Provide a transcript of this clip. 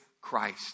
Christ